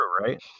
Right